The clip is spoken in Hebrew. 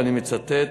ואני מצטט,